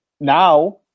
Now